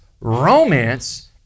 romance